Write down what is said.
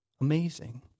Amazing